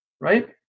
Right